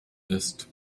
ist